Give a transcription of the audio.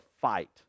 fight